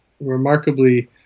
remarkably